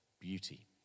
beauty